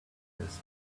this